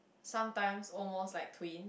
sometimes almost like twin